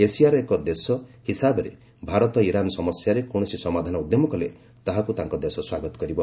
ଏସିଆର ଏକ ଦେଶ ହିସାବରେ ଭାରତ ଇରାନ୍ ସମସ୍ୟାରେ କୌଣସି ସମାଧାନ ଉଦ୍ୟମ କଲେ ତାହାକୁ ତାଙ୍କ ଦେଶ ସ୍ୱାଗତ କରିବ